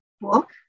book